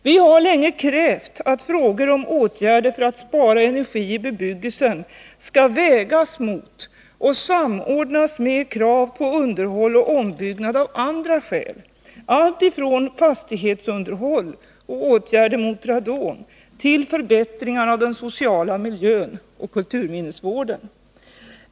Vi har länge krävt att frågor om åtgärder för att spara energi i bebyggelsen skall vägas mot och samordnas med krav på underhåll och ombyggnad av andra skäl — alltifrån fastighetsunderhåll och åtgärder mot radon till förbättringar av den sociala miljön och kulturminnesvården.